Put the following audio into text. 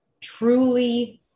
truly